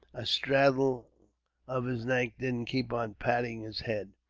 astraddle of his neck, didn't keep on patting his head.